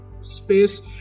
space